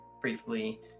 briefly